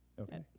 Okay